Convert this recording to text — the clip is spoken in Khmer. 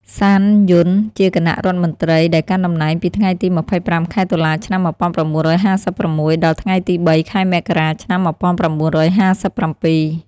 សាន យុន ជាគណៈរដ្ឋមន្ត្រីដែលកាន់តំណែងពីថ្ងៃទី ២៥ ខែតុលា ឆ្នាំ១៩៥៦ ដល់ថ្ងៃទី ៣ ខែមករា ឆ្នាំ១៩៥៧។